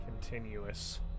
continuous